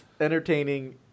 entertaining